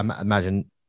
imagine